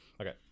okay